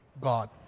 God